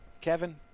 Kevin